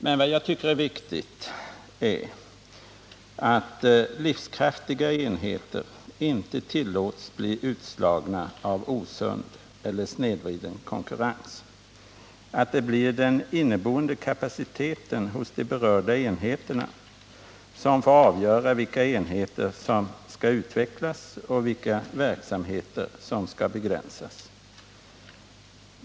Men vad jag tycker är viktigt är att livskraftiga enheter inte tillåts att bli utslagna av osund eller snedvriden konkurrens utan att det blir den inneboende kapaciteten hos de berörda enheterna som får avgöra vilka enheter som skall utvecklas och vilka verksamheter som skall begränsas.